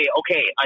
okay